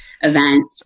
event